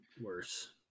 worse